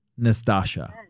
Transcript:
Nastasha